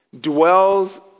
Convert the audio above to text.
dwells